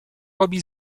robi